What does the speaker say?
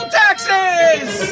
taxes